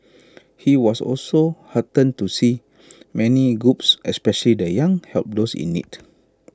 he was also heartened to see many groups especially the young help those in need